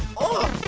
oh!